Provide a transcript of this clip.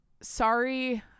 sorry